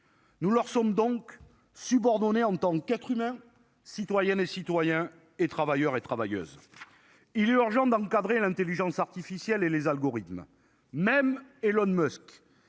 Nous leur sommes donc subordonnée en tant qu'être humain citoyennes et citoyens et travailleurs et travailleuses. Il est urgent d'encadrer l'Intelligence artificielle et les algorithmes même et l'autre